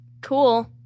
cool